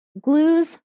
glues